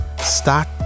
start